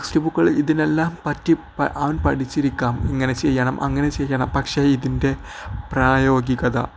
text ബുക്കുകളിൽ ഇതിനെല്ലാം പറ്റി അവൻ പഠിച്ചിരിക്കാം ഇങ്ങനെ ചെയ്യണം അങ്ങനെ ചെയ്യണം പക്ഷേ ഇതിൻ്റെ പ്രായോഗികത